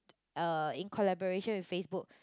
uh in collaboration with Facebook